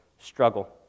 struggle